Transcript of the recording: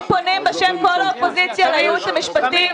להשאיר את הכסף עד לחוות הדעת של היועץ המשפטי.